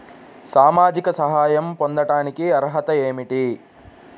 సామాజిక సహాయం పొందటానికి అర్హత ఏమిటి?